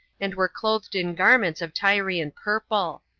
and were clothed in garments of tyrian purple.